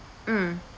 mm